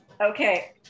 okay